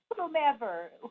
whomever